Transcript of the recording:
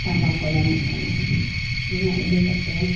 ᱛᱟᱢᱵᱟ ᱠᱚ ᱧᱟᱢᱚᱜ ᱠᱟᱱᱟ ᱚᱱᱟ ᱤᱫᱤᱠᱟᱛᱮ